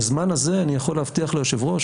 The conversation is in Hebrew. בזמן הזה אני יכול להבטיח ליושב-ראש,